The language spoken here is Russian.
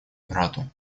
брату